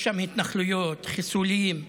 יש שם התנחלויות, חיסולים,